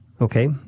okay